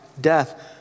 death